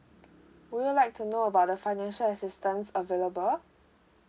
would you like to know about the financial assistance available